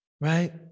right